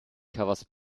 covers